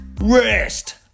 Rest